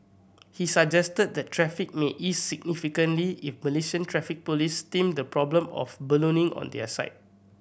he suggested that traffic may ease significantly if Malaysian Traffic Police stemmed the problem of ballooning on their side